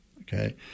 okay